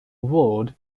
ward